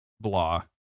blah